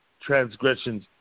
transgressions